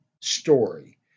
story